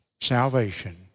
salvation